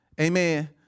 Amen